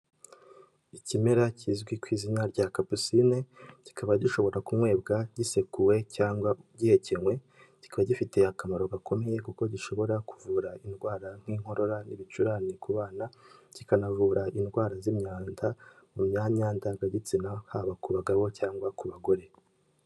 Ikimera kizwi ku izina rya kapusine, kikaba gishobora kunywebwa gisekuwe cyangwa gihekenywe, kikaba gifite akamaro gakomeye kuko gishobora kuvura indwara nk'inkorora n'ibicurane ku bana, kikanavura indwara z'imyanda mu myanya ndangagitsina haba ku bagabo cyangwa ku bagore.